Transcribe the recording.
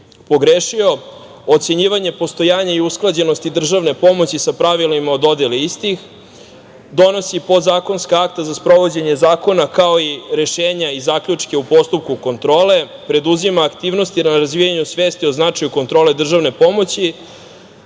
pogrešio: ocenjivanja postojanja i usklađenosti državne pomoći sa pravilima o dodeli istih, donosi podzakonska akta za sprovođenje zakona kao i rešenja i zaključke u postupku kontrole, preduzima aktivnosti na razvijanju svesti o značaju kontrole državne pomoći